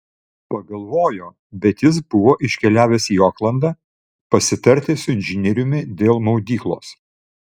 pagalvojo bet jis buvo iškeliavęs į oklandą pasitarti su inžinieriumi dėl maudyklos